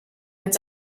mit